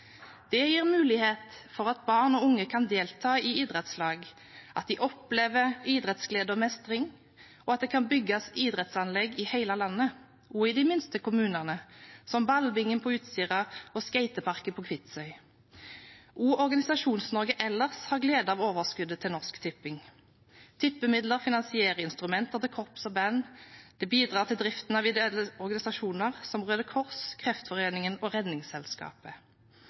Det gir mulighet for at barn og unge kan delta i idrettslag, at de opplever idrettsglede og mestring, og at det kan bygges idrettsanlegg i hele landet – også i de minste kommunene, som ballbingen på Utsira og skateparken på Kvitsøy. Også Organisasjons-Norge ellers har glede av overskuddet til Norsk Tipping. Tippemidler finansierer instrumenter til korps og band, og de bidrar til driften av ideelle organisasjoner som Røde Kors, Kreftforeningen og Redningsselskapet.